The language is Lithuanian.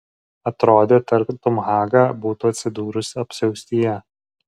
atrodė tartum haga būtų atsidūrusi apsiaustyje